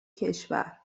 کشور